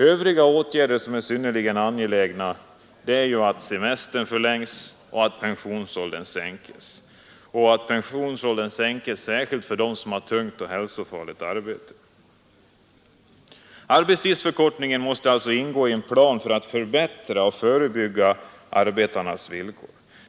Övriga åtgärder som är synnerligen angelägna är att semestern förlängs och vidare att pensionsåldern sänks, särskilt för dem som har tungt och hälsofarligt arbete. Arbetstidsförkortningen måste alltså ingå i en plan för att förbättra arbetarnas villkor.